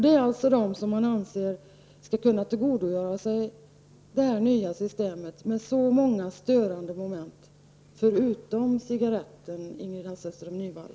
Det är dessa människor som man anser skall kunna tillgodogöra sig det nya systemet med så många störande moment — förutom cigarretten, Ingrid Hasselström Nyvall.